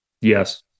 Yes